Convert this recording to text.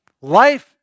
Life